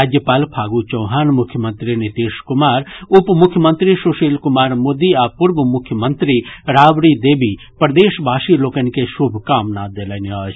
राज्यपाल फागू चौहान मुख्यमंत्री नीतीश कुमार उपमुख्यमंत्री सुशील कुमार मोदी आ पूर्व मुख्यमंत्री राबड़ी देवी प्रदेशवासी लोकनि के शुभकामना देलनि अछि